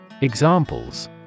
Examples